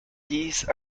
these